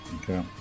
Okay